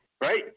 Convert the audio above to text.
Right